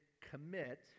commit